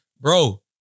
bro